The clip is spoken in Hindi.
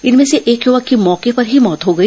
इनमें से एक युवक की मौके पर ही मौत हो गई